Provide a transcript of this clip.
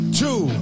two